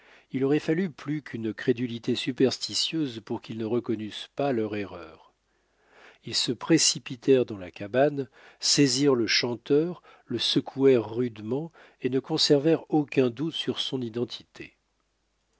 il aurait fallu plus qu'une crédulité superstitieuse pour qu'ils ne reconnussent pas leur erreur ils se précipitèrent dans la cabane saisirent le chanteur le secouèrent rudement et ne conservèrent aucun doute sur son identité